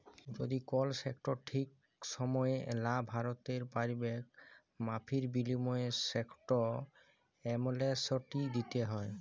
যদি কল টেকস ঠিক সময়ে লা ভ্যরতে প্যারবেক মাফীর বিলীময়ে টেকস এমলেসটি দ্যিতে হ্যয়